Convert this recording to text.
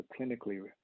clinically